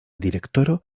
direktoro